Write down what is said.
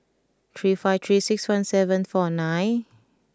three five three six one seven four nine